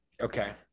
Okay